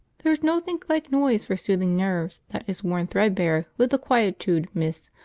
there's nothink like noise for soothing nerves that is worn threadbare with the quietude, miss,